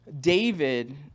David